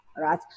Right